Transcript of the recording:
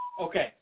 Okay